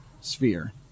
sphere